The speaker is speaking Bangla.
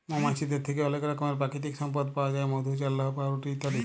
মমাছিদের থ্যাকে অলেক রকমের পাকিতিক সম্পদ পাউয়া যায় মধু, চাল্লাহ, পাউরুটি ইত্যাদি